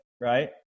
right